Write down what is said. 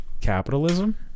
capitalism